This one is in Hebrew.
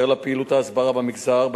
אשר לפעילות ההסברה במגזר,